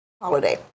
holiday